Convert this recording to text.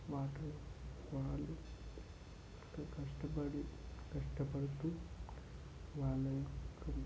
వాళ్ళు వాళ్ళు ఎంతో కష్టపడి కష్టపడుతూ వాళ్ళయొక్క